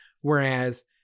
whereas